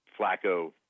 Flacco